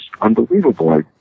unbelievable